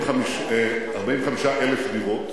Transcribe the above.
45,000 דירות.